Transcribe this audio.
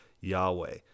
Yahweh